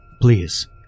please